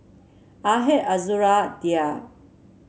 Ahad Azura Dhia